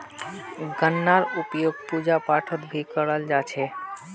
गन्नार उपयोग पूजा पाठत भी कराल जा छे